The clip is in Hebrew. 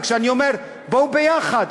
וכשאני אומר: בואו ביחד,